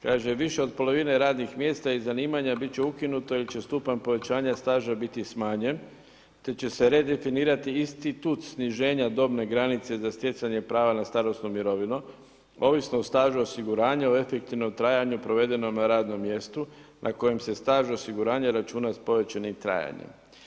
Kaže: više od polovine radnih mjesta i zanimanja biti će ukinuto ili će stupanj povećanja staža biti smanjen, te će se redefinirati institut sniženja dobne granice za stjecanje prava na starosnu mirovinu, ovisno o stažu osiguranja u efektivnom trajanju provedenom na radnom mjestu na kojem se staž osiguranja računa s povećanim trajanjem.